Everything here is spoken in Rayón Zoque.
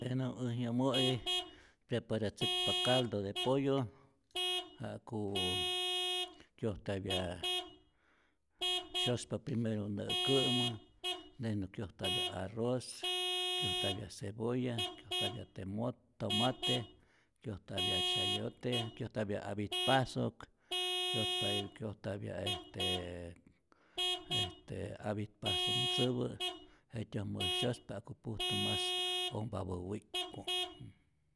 Jenä äj yomo'i preparatzäkpa caldo de pollo, ja'ku kyojtapya syospa primero nä'kä'mä, tejenä kyojtapya arroz, kyojtapya cebolla, kyojtapya temot tomate, kyojtapya chayote, kyojtapya apit pasok, kyojtayu kyojtapya est estee apit pasonhtzäpä, jetyojmä syospa ja'ku pujtu mas ompapä wi'k'ku.